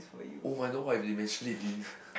[oh]-my-god what if they mention it during the